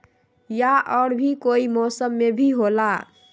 या और भी कोई मौसम मे भी होला?